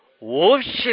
worship